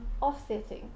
offsetting